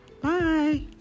Bye